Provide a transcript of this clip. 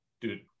Dude